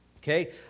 Okay